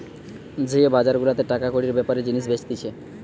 যে বাজার গুলাতে টাকা কড়ির বেপারে জিনিস বেচতিছে